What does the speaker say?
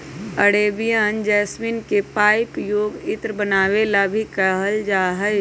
Arabian jasmine के पउपयोग इत्र बनावे ला भी कइल जाहई